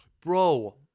bro